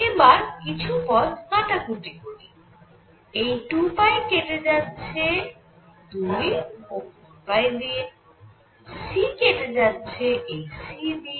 এবার কিছু পদ কাটাকুটি করি এই 2 টি কেটে যাচ্ছে 2 ও 4 দিয়ে c কেটে যাচ্ছে এই c দিয়ে